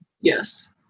Yes